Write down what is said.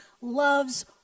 loves